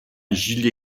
gilet